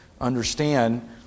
understand